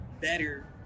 better